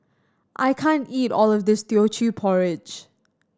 I can't eat all of this Teochew Porridge